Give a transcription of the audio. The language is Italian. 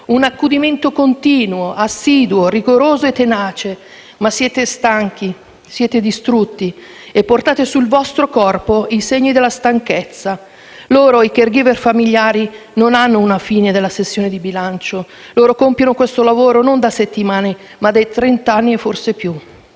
un accudimento continuo, assiduo, rigoroso e tenace, ma siete stanchi, distrutti e portate sul vostro corpo i segni della stanchezza. Loro, i *caregiver* familiari non hanno una fine della sessione di bilancio, loro compiono questo lavoro non da settimane, ma da trent'anni e forse più.